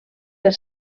per